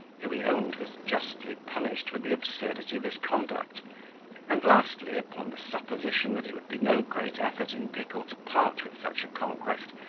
who he owned was justly punished for the absurdity of his conduct and lastly, upon the supposition that it would be no great effort in pickle to part with such a conquest,